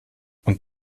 und